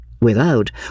Without